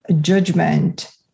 judgment